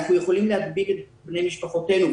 אנחנו יכולים להדביק את בני משפחותינו,